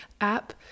app